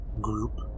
group